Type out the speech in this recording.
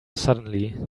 suddenly